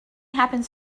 happens